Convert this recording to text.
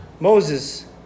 Moses